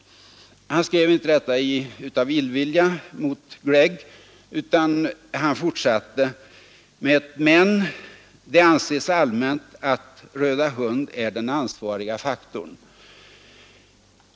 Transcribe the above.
Han skrev inte detta av illvilja mot Gregg. Han skrev det just för att framhålla hur svårt det är att bevisa att ena eller andra faktorn är orsaken. Men, skrev han, ”det anses allmänt att röda hund är den ansvariga faktorn”.